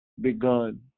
begun